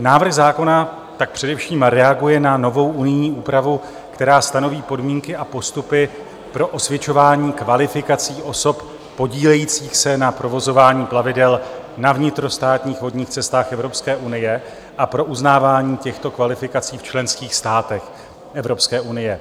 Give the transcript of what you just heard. Návrh zákona tak především reaguje na novou unijní úpravu, která stanoví podmínky a postupy pro osvědčování kvalifikací osob podílejících se na provozování plavidel na vnitrostátních vodních cestách Evropské unie a pro uznávání těchto kvalifikací v členských státech Evropské unie.